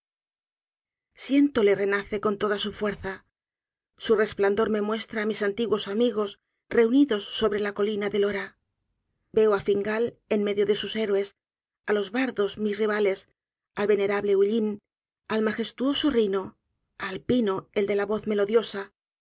siéntole renace con toda su fuerza su resplandor me muestra á mis antiguos amigos reunidos sobre la colina de lora veo á fingal en medio de sus héroes á los bardos mis rivales al venerable ullin al magestuoso riño á alpino el de la voz melodiosa